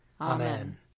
Amen